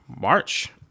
March